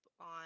on